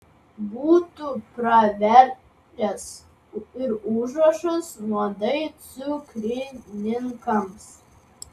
būtų pravertęs ir užrašas nuodai cukrininkams